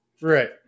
Right